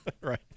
right